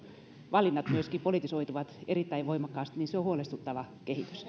valinnat myöskin politisoituvat erittäin voimakkaasti niin se on huolestuttava kehitys